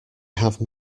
have